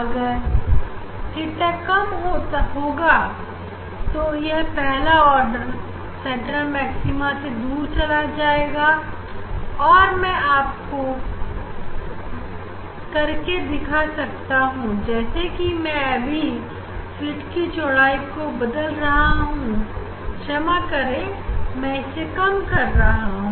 अगर थीटाकम होगा तो यह पहला आर्डर सेंट्रल मैक्सिमा से दूर चला जाएगा ऐसा मैं आपको करके दिखा सकता हूं जैसे कि मैं अभी स्लीट की चौड़ाई को बदल रहा हूं क्षमा करें मैं इसको कम कर रहा हूं